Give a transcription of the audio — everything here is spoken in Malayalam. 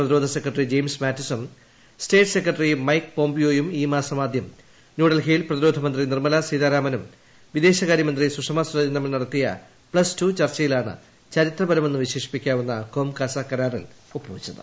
പ്രതിരോധ സെക്രട്ടറി ജയിംസ് മാറ്റിസും സ്റ്റേറ്റ് സെക്രട്ടറി മൈക് പോംപിയോയും ഈ മാസമാദ്യം ന്യൂഡൽഹിയിൽ പ്രതിരോധമന്ത്രി നിർമ്മല്പാസീതാരാമനും വിദേശകാര്യമന്ത്രി സുഷമാ സ്വരാജും തൃമ്മിൽ നടത്തിയ പ്തസ് ടു ചർച്ചയിലാണ് ചരിത്രപരമെന്ന് വിശ്രേഷിപ്പിക്കുന്ന കോം കാസാ കരാറിൽ ഒപ്പുവച്ചത്